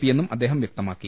P യെന്നും അദ്ദേഹം വ്യക്തമാക്കി